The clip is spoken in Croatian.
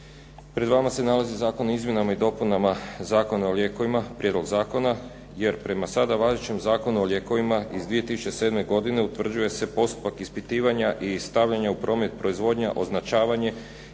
Pred vama se nalazi Zakon o izmjenama i dopunama Zakona o lijekovima, prijedlog zakona jer prema sada važećem Zakonu o lijekovima iz 2007. godine utvrđuje se postupak ispitivanja i stavljanja u promet proizvodnje, označavanje,